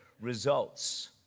results